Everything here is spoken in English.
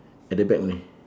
at the back only